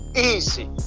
Easy